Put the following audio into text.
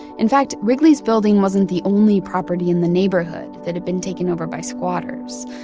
in fact, wrigley's building wasn't the only property in the neighborhood that had been taken over by squatters.